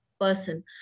Person